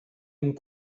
donc